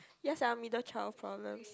yes sia middle child's problems